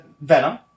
venom